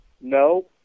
no